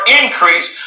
increase